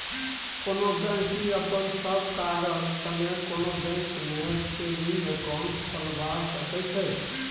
कोनो गहिंकी अपन सब कागत संगे कोनो बैंक मे सेबिंग अकाउंट खोलबा सकै छै